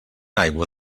aigua